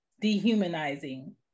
dehumanizing